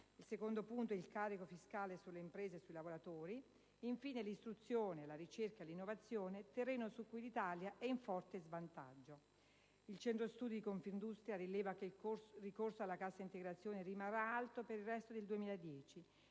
Il secondo punto è il carico fiscale sulle imprese e sui lavoratori; infine, l'istruzione, la ricerca e l'innovazione, terreno sul quale l'Italia è in forte svantaggio. Il Centro studi di Confindustria rileva che il ricorso alla cassa integrazione resterà alto per il resto del 2010